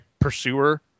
pursuer